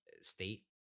state